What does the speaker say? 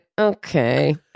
okay